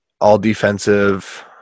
all-defensive